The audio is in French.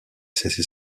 cesser